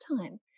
time